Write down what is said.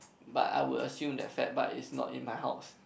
but I would assume that fact but is not in my house